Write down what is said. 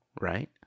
right